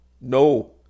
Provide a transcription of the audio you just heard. No